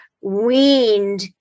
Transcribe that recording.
weaned